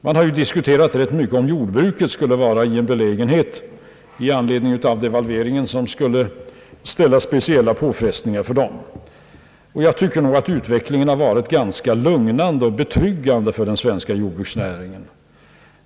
Det har diskuterats mycket om jordbruket på grund av devalveringen skulle utsättas för särskilda påfrestningar. Jag tror att utvecklingen har varit ganska lugnande och betryggande för vår jordbruksnäring.